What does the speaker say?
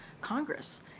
Congress